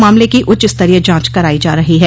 मामले की उच्च स्तरीय जांच कराई जा रही है